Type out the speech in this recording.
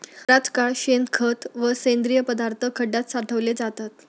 बराच काळ शेणखत व सेंद्रिय पदार्थ खड्यात साठवले जातात